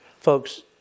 Folks